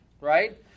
right